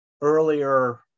earlier